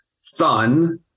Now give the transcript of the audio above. son